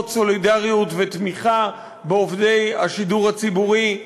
סולידריות ותמיכה בעובדי השידור הציבורי.